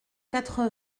quatre